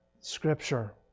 scripture